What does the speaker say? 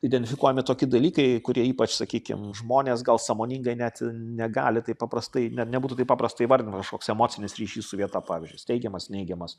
identifikuojami toki dalykai kurie ypač sakykim žmonės gal sąmoningai net negali taip paprastai net nebūtų taip paprasta įvardint gal kažkoks emocinis ryšys su vieta pavyzdžiui jis teigiamas neigiamas